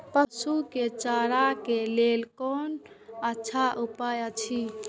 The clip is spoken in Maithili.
पशु के चारा के लेल कोन अच्छा उपाय अछि?